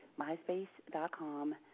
myspace.com